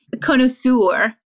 connoisseur